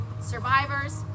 survivors